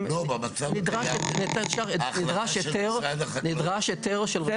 במצב הקיים נדרש היתר של רשות הטבע והגנים.